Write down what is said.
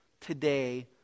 today